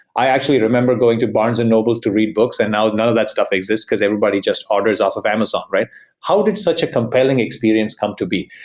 i actually remember going to barnes and nobles to read books, and now none of that stuff exists, because everybody just orders off of amazon. how did such a compelling experience come to be?